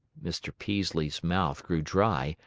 mr. peaslee's mouth grew dry,